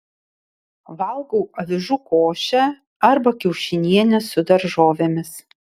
valgau avižų košę arba kiaušinienę su daržovėmis